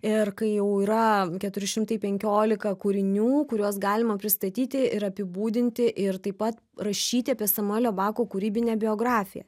ir kai jau yra keturi šimtai penkiolika kūrinių kuriuos galima pristatyti ir apibūdinti ir taip pat rašyti apie samuelio bako kūrybinę biografiją